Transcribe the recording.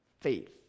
faith